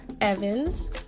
Evans